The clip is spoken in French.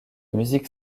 musique